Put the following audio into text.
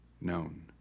known